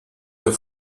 der